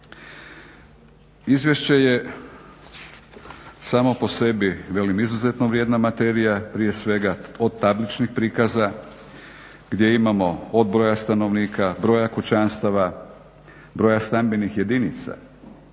Izvješće je samo po sebi velim izuzetno vrijedna materija prije svega od tabličnih prikaza gdje imamo od broja stanovnika, broja kućanstava, broja stambenih jedinca